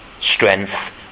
strength